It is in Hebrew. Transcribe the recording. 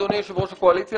אדוני יושב-ראש הקואליציה,